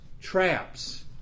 traps